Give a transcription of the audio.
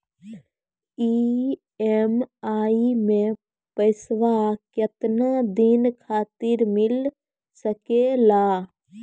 EMI मैं पैसवा केतना दिन खातिर मिल सके ला?